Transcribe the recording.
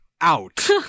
out